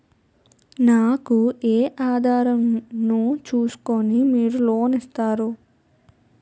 నాకు ఏ ఆధారం ను చూస్కుని మీరు లోన్ ఇస్తారు?